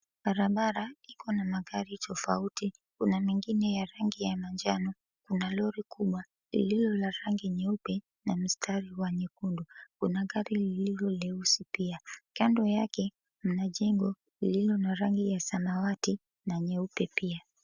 Barabara iko na gari tofauti kuna mengine ya rangi ya manjano na lori kubwa lililo ya rangi nyeupe na mstari wa nyekundu, kuna gari lililo leusi pia kando yake mna jengo lililo na rangi ya samawati na nyeupe pia.